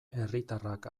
herritarrak